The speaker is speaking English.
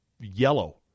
yellow